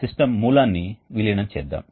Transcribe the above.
కాబట్టి అది వేడిని నిల్వ చేస్తుంది